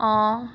অঁ